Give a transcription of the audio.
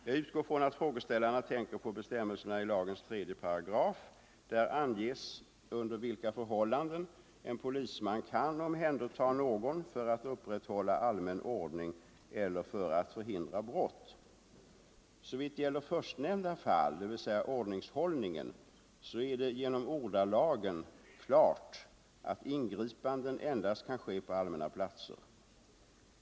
Jag utgår från att frågeställarna tänker på bestämmelserna i lagens 3 §. Där anges under vilka förhållanden en polisman kan omhänderta någon för att upprätthålla allmän ordning eller för att förhindra brott. Såvitt gäller förstnämnda fall, dvs. ordningshållningen, är det genom ordalagen klart att ingripanden endast kan ske på allmänna platser.